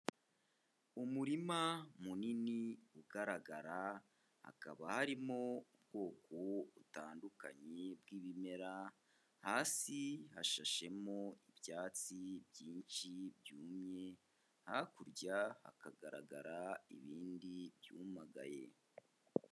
Umurima munini ugaragara, hakaba harimo ubwoko butandukanye bw'ibimera, hasi hashashemo ibyatsi byinshi byumye, hakurya hakagaragara ibindi byumagaye.